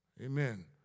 Amen